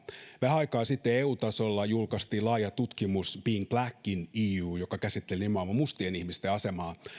vähän aikaa sitten eu tasolla julkaistiin laaja tutkimus being black in the eu joka käsitteli nimenomaan mustien ihmisten asemaa